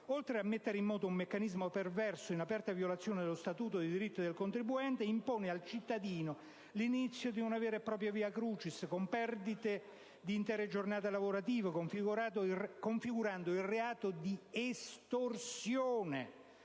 oltre a mettere in moto un meccanismo perverso in aperta violazione dello statuto dei diritti del contribuente, impone al cittadino l'inizio di una vera e propria *via crucis*, con perdite di intere giornate lavorative, configurando il reato di estorsione